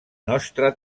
nostra